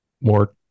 more